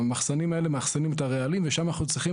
המחסנים האלה מאחסנים את הרעלים ושם אנחנו צריכים